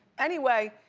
anyway,